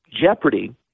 Jeopardy